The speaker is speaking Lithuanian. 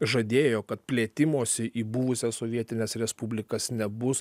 žadėjo kad plėtimosi į buvusias sovietines respublikas nebus